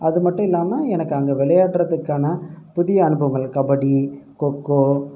அது மட்டும் இல்லாமல் எனக்கு அங்கே விளையாடறதுக்கான புதிய அனுபவங்கள் கபடி கொக்கோ